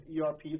ERP